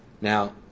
Now